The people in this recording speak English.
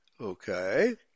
Okay